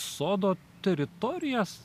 sodo teritorijos